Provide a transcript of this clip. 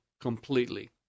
completely